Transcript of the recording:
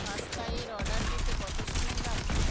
পাস্তার order পেতে কত সময় লাগবে